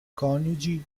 coniugi